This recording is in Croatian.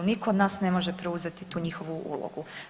Nitko od nas ne može preuzeti tu njihovu ulogu.